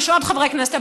יש עוד חברי כנסת,